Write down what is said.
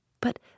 But